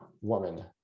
woman